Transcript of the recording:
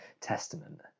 Testament